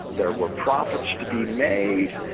there were profits to be made.